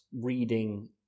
reading